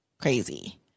crazy